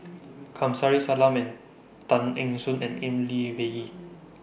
Kamsari Salam and Tan Eng Soon and in Lee Peh Gee